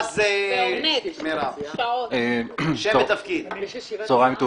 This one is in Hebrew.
על סדר היום: בחינת ההצעות לטיפול בכשלים בפרויקט קו